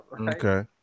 Okay